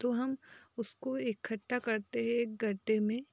तो हम उसको इकट्टा करते हैं गड्ढे में